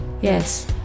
Yes